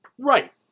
Right